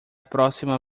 próxima